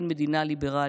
כן, מדינה ליברלית,